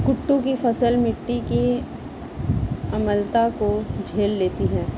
कुट्टू की फसल मिट्टी की अम्लता को झेल लेती है